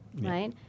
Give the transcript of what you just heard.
right